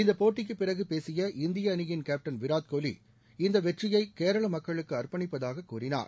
இந்த போட்டிக்கு பிறகு பேசிய இந்திய அணியின் கேப்டன் விராட் கோலி இந்த வெற்றியை கேரள மக்களுக்கு அர்ப்பணிப்பதாக கூறினார்